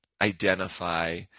identify